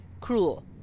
cruel